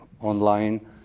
online